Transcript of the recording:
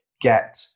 get